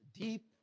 Deep